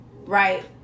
Right